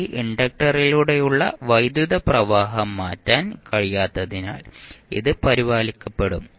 ഇത് ഇൻഡക്റ്ററിലൂടെയുള്ള വൈദ്യുത പ്രവാഹം മാറ്റാൻ കഴിയാത്തതിനാൽ ഇത് പരിപാലിക്കപ്പെടും